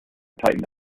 tightened